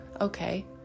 okay